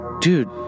dude